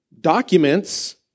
documents